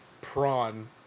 Prawn